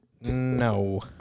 No